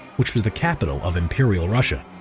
which was the capital of imperial russia.